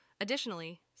Additionally